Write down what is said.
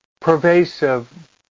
pervasive